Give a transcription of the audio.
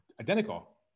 identical